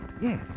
yes